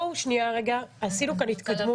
בואו שנייה, עשינו כאן התקדמות.